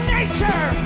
nature